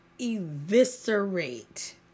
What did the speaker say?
eviscerate